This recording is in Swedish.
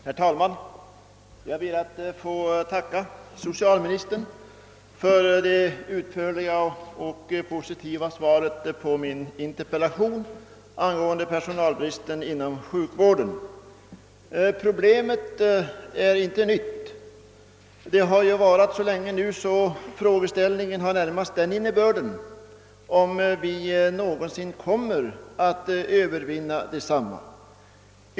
Herr talman! Jag ber att få tacka socialministern för det utförliga och positiva svaret på min interpellation angående personalbristen inom sjukvården. Problemet är inte nytt; det har varat så länge att frågeställningen närmast innebär en undran om vi någonsin kommer att övervinna det.